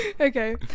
okay